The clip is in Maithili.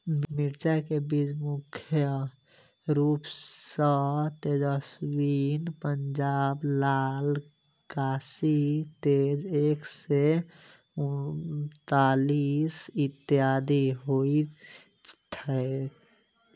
मिर्चा केँ बीज मुख्य रूप सँ तेजस्वनी, पंजाब लाल, काशी तेज एक सै अड़तालीस, इत्यादि होए छैथ?